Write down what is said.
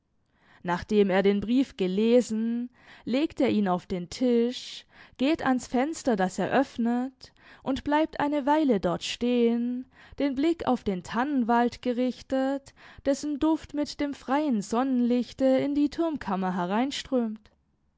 nachdem er den brief gelesen legt er ihn auf den tisch geht ans fenster das er öffnet und bleibt eine weile dort stehen den blick auf den tannenwald gerichtet dessen duft mit dem freien sonnenlichte in die turmkammer